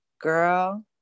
girl